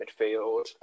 midfield